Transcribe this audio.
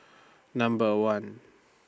Number one